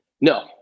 no